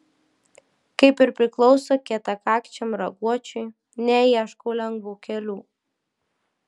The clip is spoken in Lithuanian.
kaip ir priklauso kietakakčiam raguočiui neieškau lengvų kelių